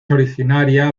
originaria